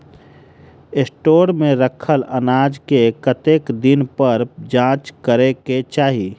Store मे रखल अनाज केँ कतेक दिन पर जाँच करै केँ चाहि?